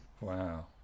Wow